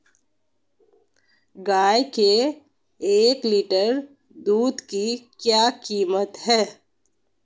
गाय के एक लीटर दूध की क्या कीमत है?